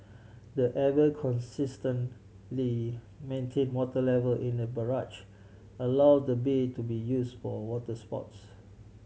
the ever consistent Li maintain water level in the barrage allow the bay to be use for water sports